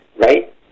Right